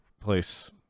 place